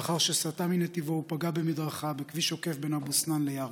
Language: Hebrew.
לאחר שסטה מנתיבו ופגע במדרכה בכביש עוקף בין אבו סנאן לירכא,